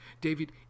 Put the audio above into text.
David